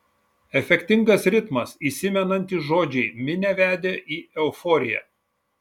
efektingas ritmas įsimenantys žodžiai minią vedė į euforiją